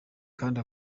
kandi